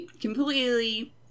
completely